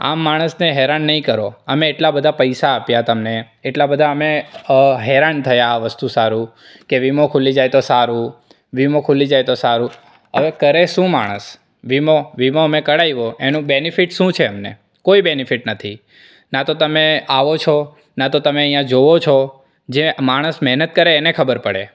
આમ માણસને હેરાન નહીં કરો અમે એટલા બધા પૈસા આપ્યા તમને એટલા બધા અમે હેરાન થયા વસ્તુ સારું કે વીમો ખુલી જાય તો સારું વીમો ખુલી જાય તો સારું હવે કરે શું માણસ વીમો વીમો મેં કઢાવ્યો એનો બેનિફિટ શું છે અમને કોઈ બેનિફિટ નથી ના તો તમે આવો છો ના તો તમે અહીંયા જોવો છો જે માણસ મહેનત કરે એને ખબર પડે